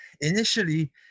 initially